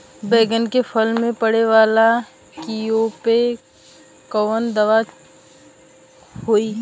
बैगन के फल में पड़े वाला कियेपे कवन दवाई होई?